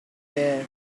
there